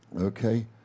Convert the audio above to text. Okay